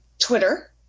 twitter